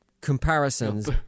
comparisons